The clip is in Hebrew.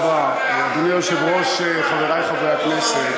אדוני היושב-ראש, תודה רבה, חברי חברי הכנסת,